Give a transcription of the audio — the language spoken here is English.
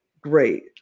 Great